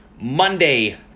Monday